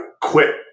quit